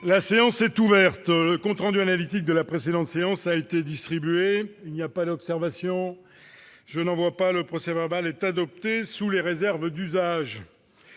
La séance est ouverte. Le compte rendu analytique de la précédente séance a été distribué. Il n'y a pas d'observation ?... Le procès-verbal est adopté sous les réserves d'usage.